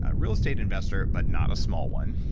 ah real estate investor but not a small one,